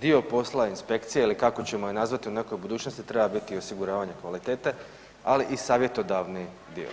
dio posla inspekcije ili kako ćemo je nazvati u nekoj budućnosti treba biti osiguravanje kvalitete, ali i savjetodavni dio.